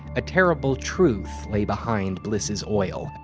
a terrible truth lay behind bliss's oil.